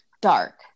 dark